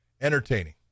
entertaining